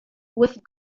with